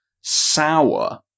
sour